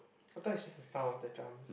I thought it's just the sound of the drums